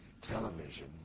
Television